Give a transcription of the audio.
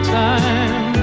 time